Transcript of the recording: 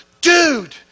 dude